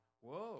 whoa